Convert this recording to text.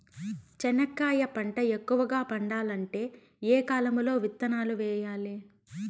చెనక్కాయ పంట ఎక్కువగా పండాలంటే ఏ కాలము లో విత్తనాలు వేయాలి?